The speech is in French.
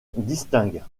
distinguent